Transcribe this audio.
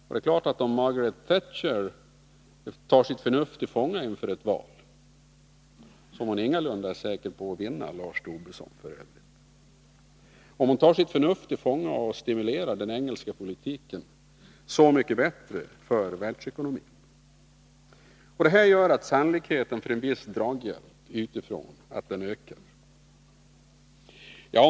Om Margaret Thatcher inför ett val — som hon f. ö. ingalunda är säker på att vinna, Lars Tobisson — tar sitt förnuft till fånga och stimulerar den engelska ekonomin, så är det så mycket bättre för världsekonomin. — Allt detta gör att sannolikheten för en viss draghjälp utifrån ökar.